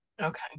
Okay